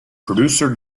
producer